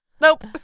Nope